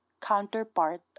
counterpart